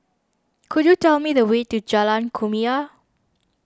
could you tell me the way to Jalan Kumia